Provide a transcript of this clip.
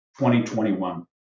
2021